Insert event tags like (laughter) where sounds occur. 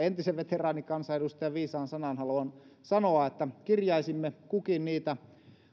(unintelligible) entisen veteraanikansanedustajan viisaan sanan haluan sanoa että kirjaisimme kukin niitä